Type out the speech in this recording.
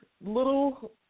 little